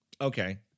Okay